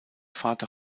vater